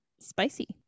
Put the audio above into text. spicy